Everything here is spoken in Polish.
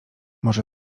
może